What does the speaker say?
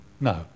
No